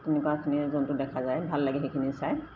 তেনেকুৱাখিনি জন্তুটো দেখা যায় ভাল লাগে সেইখিনি চাই